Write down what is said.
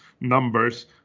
numbers